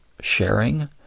sharing